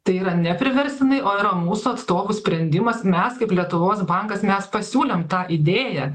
tai yra ne priverstinai o yra mūsų atstovų sprendimas mes kaip lietuvos bankas mes pasiūlėm tą idėją